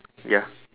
ya